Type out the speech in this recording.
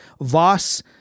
Voss